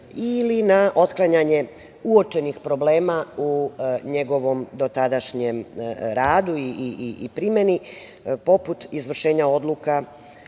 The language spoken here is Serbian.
ili na otklanjanje uočenih problema u njegovom dotadašnjem radu i primeni, poput izvršenja odluka